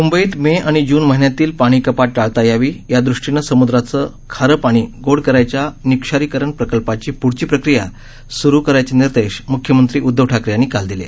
मुंबईत मे आणि जून महिन्यातील पाणी कपात टाळता यावी यादृष्टीनं समुद्राचं खारं पाणी गोडं करायच्या निःक्षारीकरण प्रकल्पाची प्ढची प्रक्रिया सुरु करायचे निर्देश म्ख्यमंत्री उद्धव ठाकरे यांनी काल दिले